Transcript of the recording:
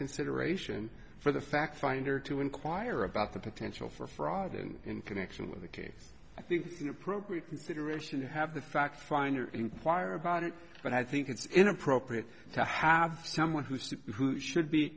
consideration for the fact finder to inquire about the potential for fraud and in connection with the case i think it's an appropriate consideration to have the fact finder inquire about it but i think it's inappropriate to have someone who's who should be